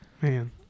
man